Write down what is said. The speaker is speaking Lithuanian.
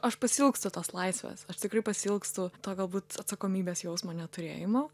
aš pasiilgstu tos laisvės aš tikrai pasiilgstu to galbūt atsakomybės jausmo neturėjimo